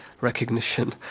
recognition